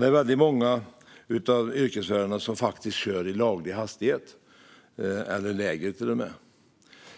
Det är många av yrkesförarna som kör i laglig hastighet eller till och med lägre.